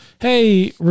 Hey